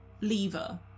lever